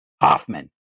Hoffman